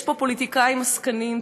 שיש פה פוליטיקאים עסקנים,